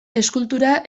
eskultura